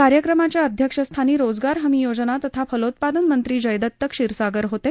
कार्यक्रमाच्या अध्यक्षस्थानी रोजगार हमी योजना तथा फलोत्पादन मंत्री जयदत क्षीरसागर होते